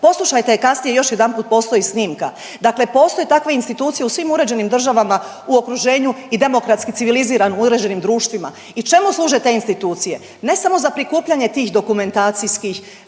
poslušajte je kasnije još jedanput, postoji snimka. Dakle, postoje takve institucije u svim uređenim državama u okruženju i demokratski civiliziranim uređenim državama. I čemu služe te institucije? Ne samo za prikupljanje tih dokumentacijskih